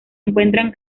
encuentran